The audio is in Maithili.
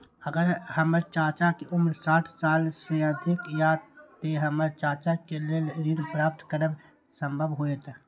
अगर हमर चाचा के उम्र साठ साल से अधिक या ते हमर चाचा के लेल ऋण प्राप्त करब संभव होएत?